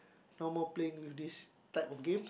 no more playing with this type of game